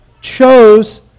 chose